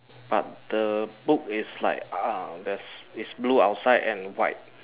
but the book is like ah there's it's blue outside and white